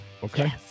Okay